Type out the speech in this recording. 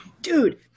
dude